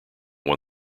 won